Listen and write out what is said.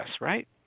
right